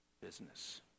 business